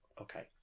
okay